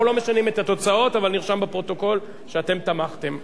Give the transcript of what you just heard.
אנחנו לא משנים את התוצאות אבל נרשם בפרוטוקול שאתם תמכתם.